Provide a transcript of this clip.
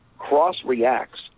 cross-reacts